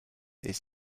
its